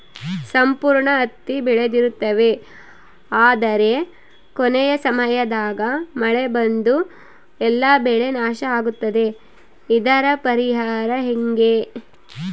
ಸಂಪೂರ್ಣ ಹತ್ತಿ ಬೆಳೆದಿರುತ್ತೇವೆ ಆದರೆ ಕೊನೆಯ ಸಮಯದಾಗ ಮಳೆ ಬಂದು ಎಲ್ಲಾ ಬೆಳೆ ನಾಶ ಆಗುತ್ತದೆ ಇದರ ಪರಿಹಾರ ಹೆಂಗೆ?